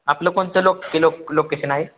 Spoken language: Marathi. आपलं कोणतं लोक की लोक लोकेशन आहे